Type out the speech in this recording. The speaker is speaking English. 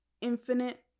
infinite